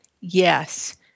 Yes